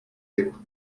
lip